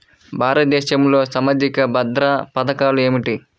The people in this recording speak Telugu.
భారతదేశంలో సామాజిక భద్రతా పథకాలు ఏమిటీ?